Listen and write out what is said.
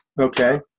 Okay